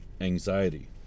anxiety